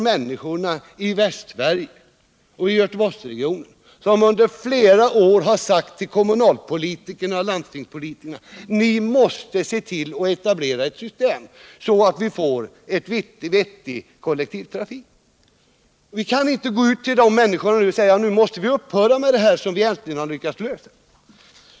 Människorna i Västsverige och i Göteborgsregionen har under flera år sagt till kommunaloch landstingspolitiker: Ni måste etablera ett system så att vi får en vettig kollektivtrafik. Vi kan nu inte gå ut till dem och säga: Vi måste upphöra med det system som vi äntligen lyckats skapa.